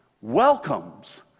welcomes